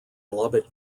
lubbock